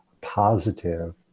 positive